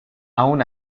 aun